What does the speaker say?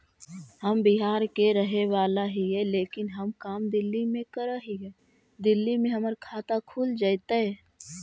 हम बिहार के रहेवाला हिय लेकिन हम काम दिल्ली में कर हिय, दिल्ली में हमर खाता खुल जैतै?